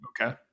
okay